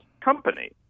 company